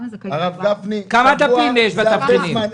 כמה זכאים בתבחינים?